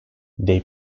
they